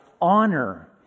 honor